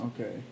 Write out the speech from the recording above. okay